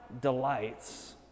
delights